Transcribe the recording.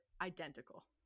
identical